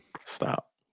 Stop